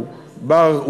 הוא בר,